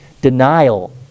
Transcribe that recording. denial